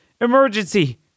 emergency